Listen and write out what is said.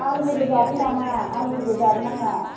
आलुफोरखौ जादों नामा आलुफोरखौ जानो नाङा